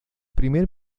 primer